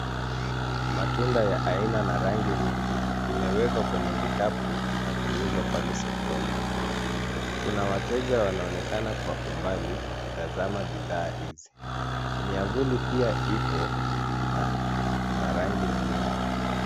Matunda ya aina na rangi mingi, imewekwa kwenye vikapu na kuuzwa pale sokoni. Kuna wateja wanaonekana kwa umbali wakitazama bidhaa hizi. Miavuli pia ipo na marangi ni mingi.